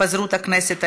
התפזרות הכנסת העשרים,